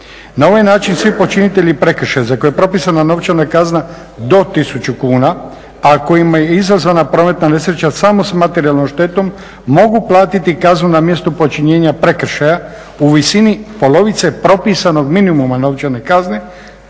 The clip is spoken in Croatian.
Na ovaj način svi počinitelji prekršaja za koje je propisana novčana kazna do 1000 kuna a kojima je izazvana prometna nesreća samo sa materijalnom štetom mogu platiti kaznu na mjestu počinjenja prekršaja u visini polovice propisanog minimuma novčane kazne